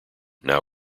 now